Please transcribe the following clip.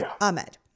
Ahmed